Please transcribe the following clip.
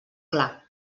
clar